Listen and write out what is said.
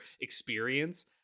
experience